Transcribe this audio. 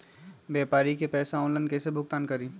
व्यापारी के पैसा ऑनलाइन कईसे भुगतान करी?